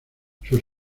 sus